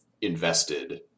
invested